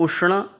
उष्ण